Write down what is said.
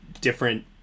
different